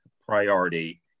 priority